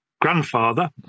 grandfather